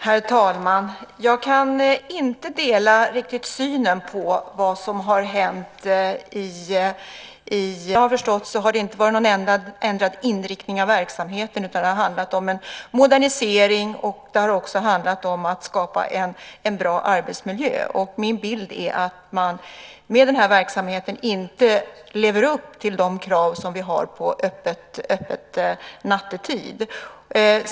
Herr talman! Jag kan inte riktigt dela synen på vad som har hänt i Valbo. Som jag har förstått har det inte varit någon ändrad inriktning av verksamheten, utan det har handlat om en modernisering och om att skapa en bra arbetsmiljö. Min bild är att man med den verksamheten inte lever upp till de krav som vi ställer på öppethållande nattetid.